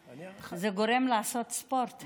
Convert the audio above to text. זה גורם לעשות ספורט.